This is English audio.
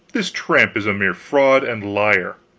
this tramp is a mere fraud and liar.